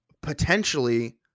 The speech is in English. potentially